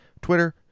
Twitter